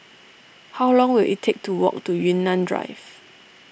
how long will it take to walk to Yunnan Drive